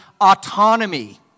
autonomy